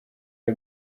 ari